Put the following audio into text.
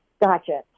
Gotcha